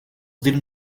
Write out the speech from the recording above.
didn’t